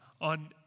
On